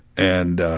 and ah,